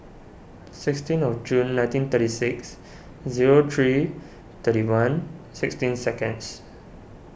sixteen of June nineteen thirty six zero three thirty one sixteen seconds